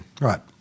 Right